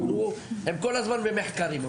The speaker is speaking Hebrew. הם כל הזמן במחקרים,